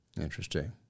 Interesting